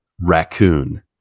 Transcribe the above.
Raccoon